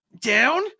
down